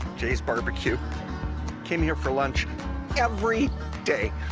jay's barbecue. i came here for lunch every day.